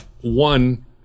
One